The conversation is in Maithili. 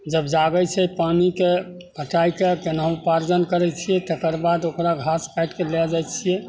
जब जागै छै पानीके पटैके कोनाहु उपार्जन करै छिए तकरबाद ओकरा घास काटिके लै जाइ छिए